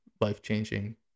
life-changing